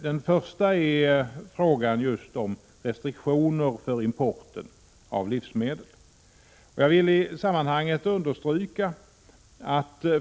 Den första gäller just frågan om restriktioner för importen av livsmedel.